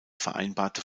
vereinbarte